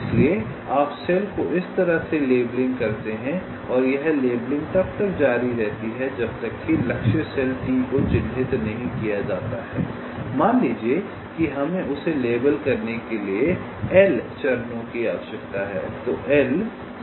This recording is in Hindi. इसलिए आप कोशिकाओं को इस तरह लेबलिंग करते हैं और यह लेबलिंग तब तक जारी रहती है जब तक कि लक्ष्य सेल T को चिह्नित नहीं किया जाता है मान लीजिए कि हमें उसे लेबल करने के लिए L चरणों की आवश्यकता है